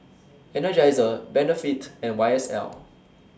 Energizer Benefit and Y S L